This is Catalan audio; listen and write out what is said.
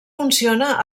funciona